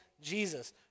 Jesus